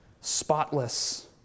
spotless